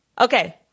Okay